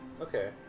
Okay